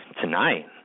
tonight